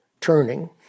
turning